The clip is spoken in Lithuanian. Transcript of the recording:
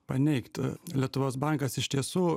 paneigt lietuvos bankas iš tiesų